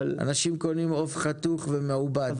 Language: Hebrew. אנשים קונים עוף חתוך ומעובד,